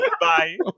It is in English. Bye